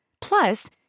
Plus